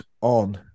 on